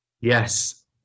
Yes